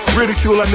ridicule